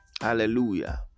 Hallelujah